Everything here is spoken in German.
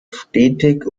stetig